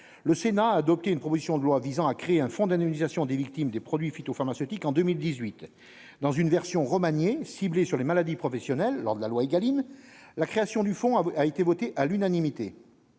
le Sénat a adopté une proposition de loi visant à créer un fonds d'indemnisation des victimes des produits phytopharmaceutiques en 2018 dans une version remaniée ciblée sur les maladies professionnelles lors de la loi Egalim la création du fonds a été voté à l'unanimité.